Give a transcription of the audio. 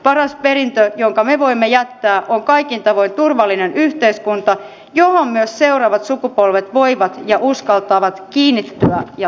paras perintö jonka me voimme jättää on kaikin tavoin turvallinen yhteiskunta johon myös seuraavat sukupolvet voivat ja uskaltavat kiinnittyä ja luottaa